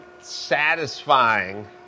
satisfying